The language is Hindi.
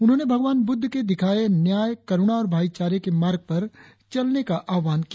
उन्होंने भगवान बुद्ध के दिखाए न्याय करुणा और भाईचारे के मार्ग पर चलने का आह्वान किया